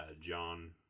John